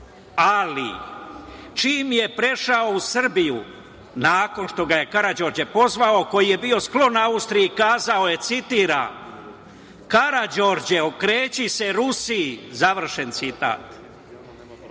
Ali, čim je prešao u Srbiju, nakon što ga je Karađorđe pozvao, koji je bio sklon Austriji, kazao je, citiram: "Karađorđe, okreći se Rusiji", završen